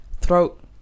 Throat